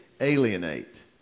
alienate